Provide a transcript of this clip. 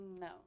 No